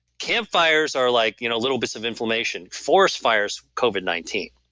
campfires are like you know little bits of information, forest fires covid nineteen.